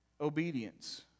Obedience